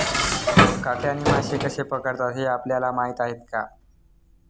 काट्याने मासे कसे पकडतात हे आपल्याला माहीत आहे का?